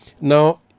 Now